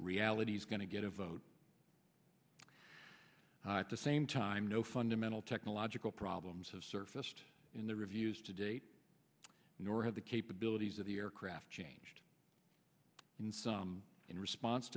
reality is going to get a vote at the same time no fundamental technological problems have surfaced in the reviews to date nor have the capabilities of the aircraft changed in some in response